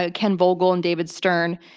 ah ken vogel and david stern,